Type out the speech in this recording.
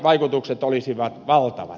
vaikutukset olisivat valtavat